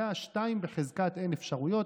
זה 2 בחזקת n אפשרויות.